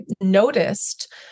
noticed